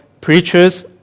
Preachers